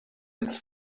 its